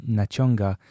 naciąga